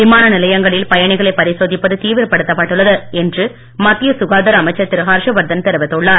விமானநிலையங்களில் பயனிகளை பரிசோதிப்பது தீவிரப்படுத்தப்பட்டுள்ளது என்று மத்திய சுகாதார அமைச்சர் திரு ஹர்ஷ வர்தன் தெரிவித்துள்ளார்